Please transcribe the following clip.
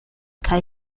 kaj